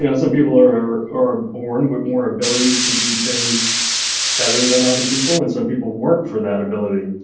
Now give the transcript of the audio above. you know some people are are born with more ability to do things better than other people, and some people work for that ability.